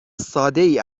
سادهای